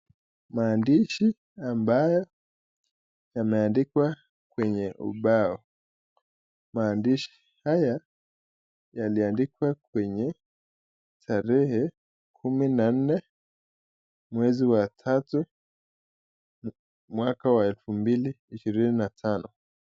Maadishi ambayo yameandikwa kwenye ubao. Maandisi haya yaliandikwa kwenye tarehe, kuni nanne mwezi wa tatu ,mwaka wa elfu mbili ishirini na tano.